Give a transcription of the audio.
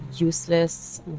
Useless